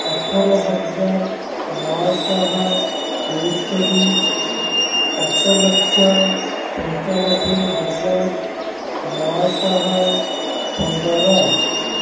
ଅଠର ହଜାର ନଅଶହ ତେସ୍ତରୀ ସାତ ଲକ୍ଷ ପଞ୍ଚାନବେ ହଜାର ନଅଶହ ପନ୍ଦର